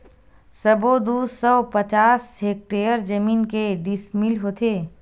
सबो दू सौ पचास हेक्टेयर जमीन के डिसमिल होथे?